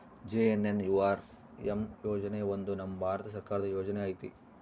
JNNURM ಯೋಜನೆ ಒಂದು ನಮ್ ಭಾರತ ಸರ್ಕಾರದ ಯೋಜನೆ ಐತಿ